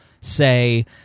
say—